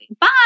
Bye